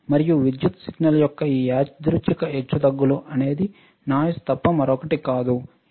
మరియు విద్యుత్ సిగ్నల్ యొక్క ఈ యాదృచ్ఛిక హెచ్చుతగ్గులు అనేది నాయిస్ తప్ప మరొకటి కాదు